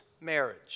marriage